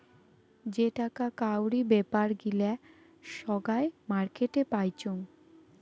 যেটাকা কাউরি বেপার গিলা সোগায় মার্কেটে পাইচুঙ